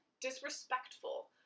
disrespectful